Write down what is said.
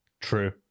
True